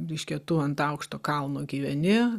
reiškia tu ant aukšto kalno gyveni